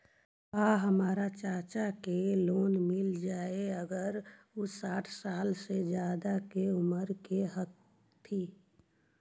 का हमर चाचा के लोन मिल जाई अगर उ साठ साल से ज्यादा के उमर के हथी?